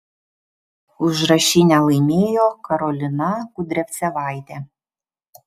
užrašinę laimėjo karolina kudriavcevaitė